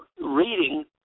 reading